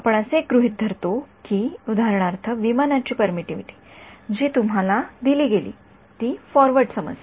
आपण असे गृहीत धरतो की उदाहरणार्थ विमानाची परमिटिव्हिटी जी तुम्हाला दिली गेली ती फॉरवर्ड समस्या